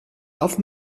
auf